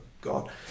God